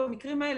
במקרים האלה,